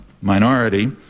minority